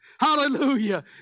Hallelujah